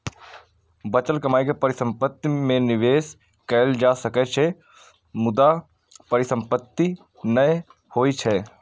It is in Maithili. बचल कमाइ के परिसंपत्ति मे निवेश कैल जा सकै छै, मुदा परिसंपत्ति नै होइ छै